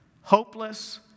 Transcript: hopeless